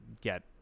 get